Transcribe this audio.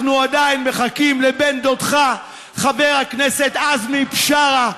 אנחנו עדיין מחכים לבן דודך חבר הכנסת עזמי בשארה,